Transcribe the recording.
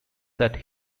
that